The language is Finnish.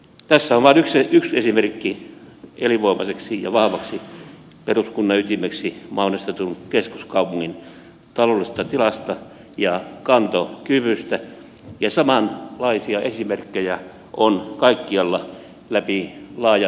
tässä on vain yksi esimerkki elinvoimaiseksi ja vahvaksi peruskunnan ytimeksi mainostetun keskuskaupungin taloudellisesta tilasta ja kantokyvystä ja samanlaisia esimerkkejä on kaikkialla läpi laajan suomenmaan